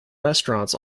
restaurants